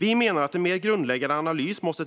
Vi menar att en mer grundläggande analys måste